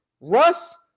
Russ